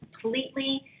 completely